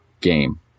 game